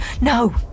No